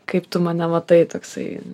kaip tu mane matai toksai